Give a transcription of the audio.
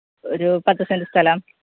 ഒരു പത്ത് സെന്റ് സ്ഥലം